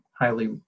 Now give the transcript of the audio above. highly